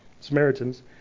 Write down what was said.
Samaritans